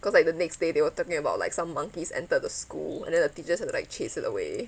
cause like the next day they were talking about like some monkeys entered the school and then the teachers have to like chase it away